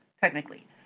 technically